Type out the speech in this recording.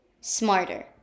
smarter